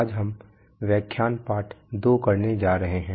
आज हम व्याख्यान पाठ 2 करने जा रहे हैं